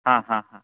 হাঁ হাঁ হাঁ